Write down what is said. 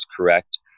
correct